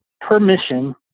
permission